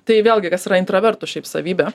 tai vėlgi kas yra intravertų šiaip savybė